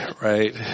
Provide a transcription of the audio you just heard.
right